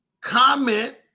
comment